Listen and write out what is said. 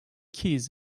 keys